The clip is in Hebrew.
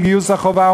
של גיוס חובה,